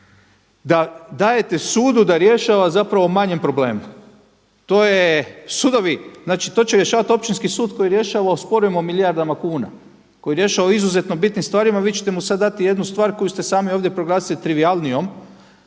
da dajete sudu da rješava o manjem problemu. To će rješavati općinski sud koji rješava o sporovima o milijardama kuna, koji rješava o izuzetno bitnim stvarima, vi ćete mu sada dati jednu stvar koju ste sami ovdje proglasili trivijalnijom